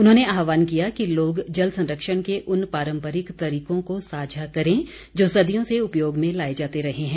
उन्होंने आहवान किया कि लोग जल संरक्षण के उन पारम्परिक तरीकों को साझा करें जो सदियों से उपयोग में लाए जाते रहे हैं